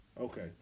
Okay